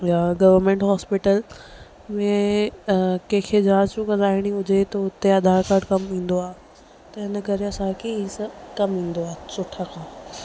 या government hospital में अ कंहिंखे जांचू कराइणी हुजे त उते आधार कार्ड कमु ईंदो आहे त हिन करे असां खे हीअ सभु कमु ईंदो आहे सुठा खां